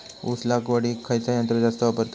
ऊस लावडीक खयचा यंत्र जास्त वापरतत?